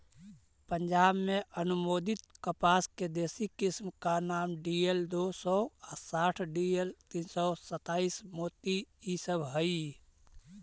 पंजाब में अनुमोदित कपास के देशी किस्म का नाम डी.एल दो सौ साठ डी.एल तीन सौ सत्ताईस, मोती इ सब हई